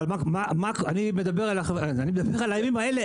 אבל אני מדבר על הימים האלה,